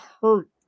hurt